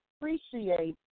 appreciate